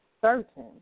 certain